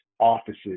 offices